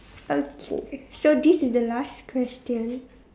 okay so this is the last question